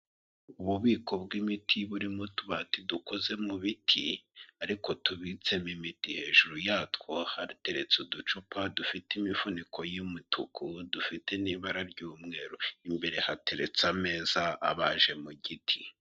Ububiko bw'imiti buri mu tubati dukoze mu biti ariko tubitsemo imiti. Hejuru yatwo hateretse uducupa dufite imifuniko y'umutuku, dufite n'ibara ry'umweru. Imbere hateretse ameza abaje mu giti.